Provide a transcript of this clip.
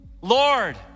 Lord